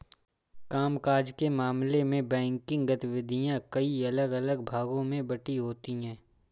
काम काज के मामले में बैंकिंग गतिविधियां कई अलग अलग भागों में बंटी होती हैं